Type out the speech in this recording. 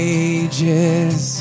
ages